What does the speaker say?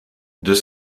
deux